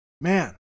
Man